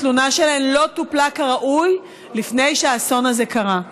התלונה שלהן לא טופלה כראוי לפני שהאסון הזה קרה,